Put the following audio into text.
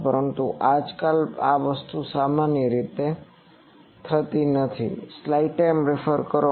પરંતુ આજકાલ આ વસ્તુ સામાન્ય રીતે જતી રહી છે